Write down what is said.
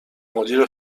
مدیر